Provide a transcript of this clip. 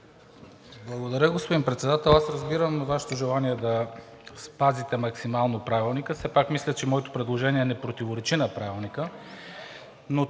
Благодаря, господин Председател. Аз разбирам Вашето желание да спазите максимално Правилника, но все пак мисля, че моето предложение не противоречи на Правилника. Но